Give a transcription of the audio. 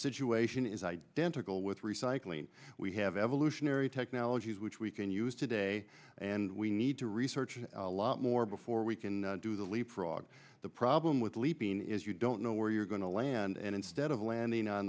situation is identical with recycling we have evolutionary technologies which we can use today and we need to research a lot more before we can do the leapfrog the problem with leaping is you don't know where you're going to land and instead of landing on